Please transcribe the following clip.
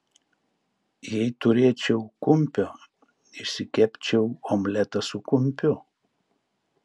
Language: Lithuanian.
jei turėčiau kumpio išsikepčiau omletą su kumpiu